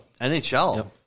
NHL